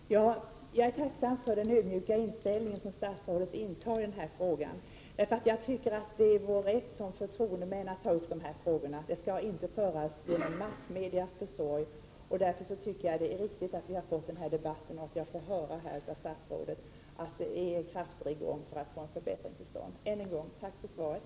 Herr talman! Jag är tacksam för den ödmjuka inställning som statsrådet har till denna fråga. Vi har som förtroendemän rätt att ta upp sådana här frågor. Debatten skall inte föras genom massmediernas försorg. Det är därför korrekt att vi har kunnat föra den här debatten i kammaren och att jag har fått höra av statsrådet att krafter verkar för att vi skall få en förbättring till stånd. Än en gång: Tack för svaret.